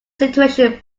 situation